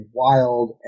wild